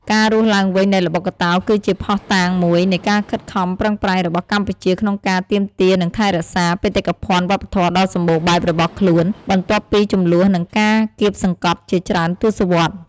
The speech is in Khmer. ការរស់ឡើងវិញនៃល្បុក្កតោគឺជាភស្តុតាងមួយនៃការខិតខំប្រឹងប្រែងរបស់កម្ពុជាក្នុងការទាមទារនិងថែរក្សាបេតិកភណ្ឌវប្បធម៌ដ៏សម្បូរបែបរបស់ខ្លួនបន្ទាប់ពីជម្លោះនិងការគាបសង្កត់ជាច្រើនទសវត្សរ៍។